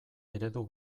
eredu